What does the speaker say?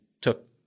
took